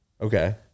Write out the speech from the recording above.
Okay